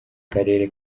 karere